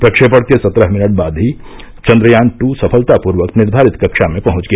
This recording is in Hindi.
प्रक्षेपण के सत्रह मिनट बाद ही चन्द्रयान द् सफलतापूर्वक निर्धारित कक्षा में पहंच गया